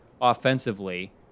offensively